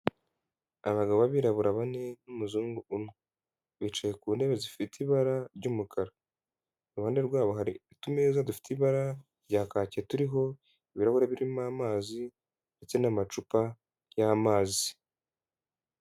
Abagabo b'abirabura bane n'umuzungu umwe. Bicaye ku ntebe zifite ibara ry'umukara. Iruhande rwabo hari utumeza dufite ibara rya kake turiho ibirahuri birimo amazi ndetse n'amacupa y'amazi.